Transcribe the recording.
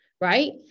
right